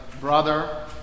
brother